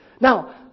Now